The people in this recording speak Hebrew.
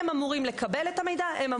הם אמורים לקבל את המידע.